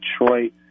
Detroit